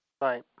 Right